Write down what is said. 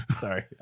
Sorry